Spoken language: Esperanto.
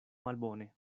malbone